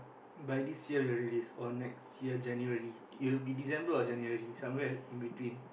by this year it will release or next year January it'll be December or January somewhere in between